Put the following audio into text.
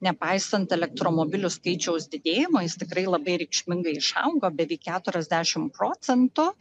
nepaisant elektromobilių skaičiaus didėjimo jis tikrai labai reikšmingai išaugo beveik keturiasdešimt procentų